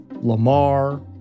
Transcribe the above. Lamar